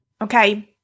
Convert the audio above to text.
Okay